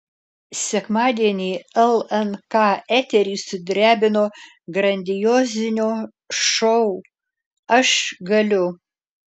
sekmadienį lnk eterį sudrebino grandiozinio šou aš galiu